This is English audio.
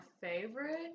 favorite